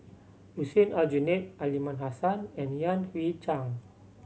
Hussein Aljunied Aliman Hassan and Yan Hui Chang